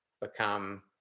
become